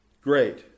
great